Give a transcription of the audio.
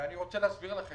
ואני רוצה להסביר לכם,